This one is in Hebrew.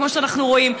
כמו שאנחנו רואים.